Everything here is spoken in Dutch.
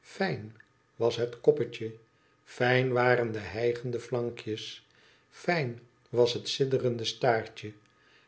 fijn was het koppetje fijn waren de hijgende flankjes fijn was het sidderend staartje